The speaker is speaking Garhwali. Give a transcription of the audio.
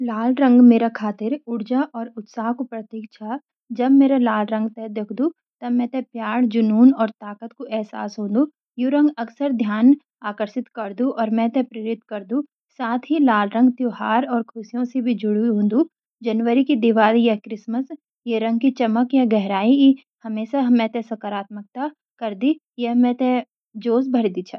लाल रंग मेरा ख़तर ऊर्जा अरु उत्साह कू प्रतीक छाया। जब मेरे लाल रंग ते देखदु तब मिले प्यार जुनून और ताकत कू एहसास होंदु। यु रंग अक्सर ध्यान नकरसित क्रदु और मेटे प्रेरिट करदु। साथ ही ला रंग त्यौहार और खुशियों सी भी जुड़ूं हों दु छ, जनवरी की दिवाली या क्रिसमस। ये रंग की चमक या गहरा ई हमेंसा मेते साकारात्मक क्रडी या मुझे माजी जोस्स भर दी छा।